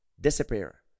disappear